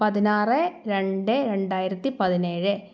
പതിനാറ് രണ്ട് രണ്ടായിരത്തിപ്പതിനേഴ്